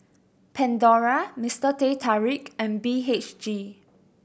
Pandora Mister Teh Tarik and B H G